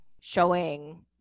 showing